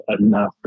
enough